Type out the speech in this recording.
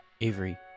Avery